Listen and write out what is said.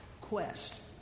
quest